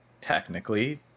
technically